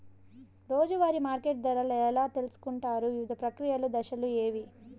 రోజూ వారి మార్కెట్ ధర ఎలా తెలుసుకొంటారు వివిధ ప్రక్రియలు దశలు ఏవి?